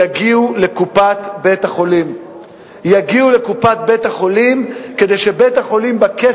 שיש חפיפה בין הנציבות, או בין הגוף המייעץ